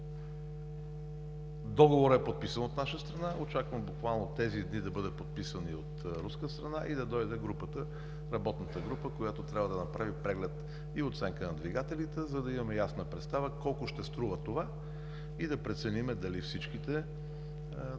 Договорът е подписан от наша страна. Очаквам буквално тези дни да бъдат подписани от руска страна и да дойде работната група, която трябва да направи преглед и оценка на двигателите, за да имаме ясна представа колко ще струва това и да преценим дали всичките самолети